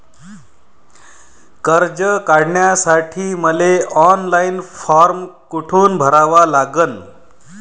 कर्ज काढासाठी मले ऑनलाईन फारम कोठून भरावा लागन?